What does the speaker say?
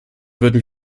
würden